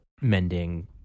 mending